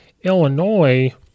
Illinois